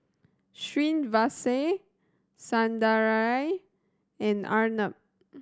Srinivasa Sundaraiah and Arnab